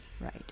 Right